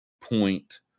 point